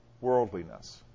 Worldliness